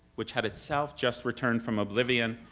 which had itself just returned from oblivion,